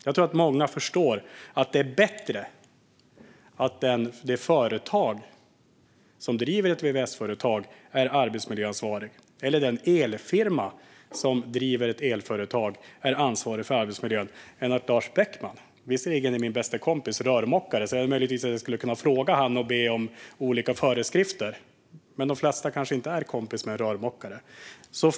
Jag tror att många förstår att det är bättre att den som driver vvs-företaget eller elfirman är ansvarig än att Lars Beckman är det. Visserligen är min bästa kompis rörmokare, så jag skulle möjligen kunna fråga honom och be om olika föreskrifter, men de flesta kanske inte är kompis med en rörmokare.